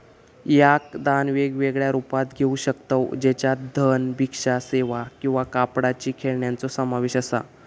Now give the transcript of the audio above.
याक दान वेगवेगळ्या रुपात घेऊ शकतव ज्याच्यात धन, भिक्षा सेवा किंवा कापडाची खेळण्यांचो समावेश असा